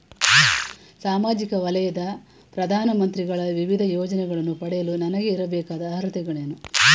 ಸಾಮಾಜಿಕ ವಲಯದ ಪ್ರಧಾನ ಮಂತ್ರಿಗಳ ವಿವಿಧ ಯೋಜನೆಗಳನ್ನು ಪಡೆಯಲು ನನಗೆ ಇರಬೇಕಾದ ಅರ್ಹತೆಗಳೇನು?